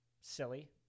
silly